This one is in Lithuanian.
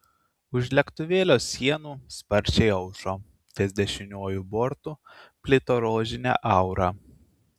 už lėktuvėlio sienų sparčiai aušo ties dešiniuoju bortu plito rožinė aura